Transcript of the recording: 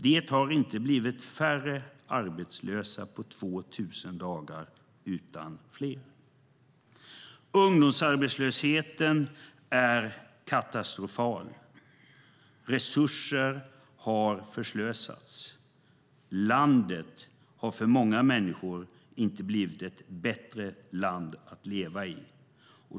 Det har inte blivit färre arbetslösa på 2 000 dagar utan fler. Ungdomsarbetslösheten är katastrofal. Resurser har förslösats. Landet har för många människor inte blivit ett bättre land att leva i.